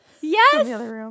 Yes